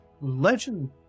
legend